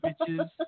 bitches